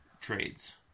trades